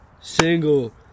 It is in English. single